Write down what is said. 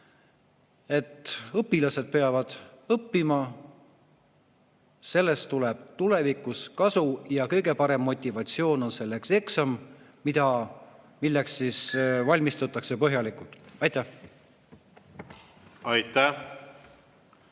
Õpilased peavad õppima. Sellest tuleb tulevikus kasu. Kõige parema motivatsiooni annab selleks eksam, milleks valmistutakse põhjalikult. Aitäh! Aitäh!